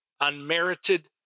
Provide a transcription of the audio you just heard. unmerited